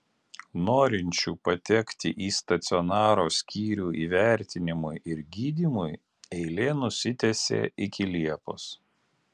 norinčių patekti į stacionaro skyrių įvertinimui ir gydymui eilė nusitęsė iki liepos